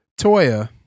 Toya